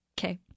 Okay